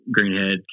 Greenhead